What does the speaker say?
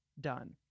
done